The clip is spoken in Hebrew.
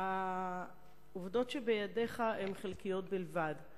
העובדות שבידיך הן חלקיות בלבד,